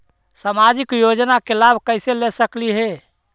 सामाजिक योजना के लाभ कैसे ले सकली हे?